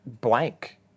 blank